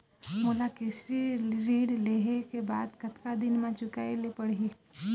मोला कृषि ऋण लेहे के बाद कतका दिन मा चुकाए ले पड़ही?